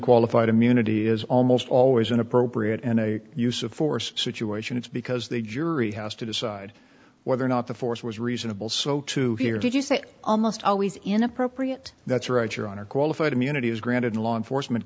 qualified immunity is almost always an appropriate and use of force situation it's because the jury has to decide whether or not the force was reasonable so to hear did you say almost always inappropriate that's right your honor qualified immunity is granted law enforcement